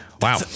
Wow